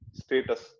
status